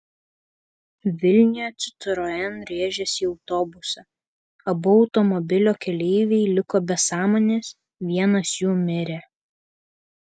vilniuje citroen rėžėsi į autobusą abu automobilio keleiviai liko be sąmonės vienas jų mirė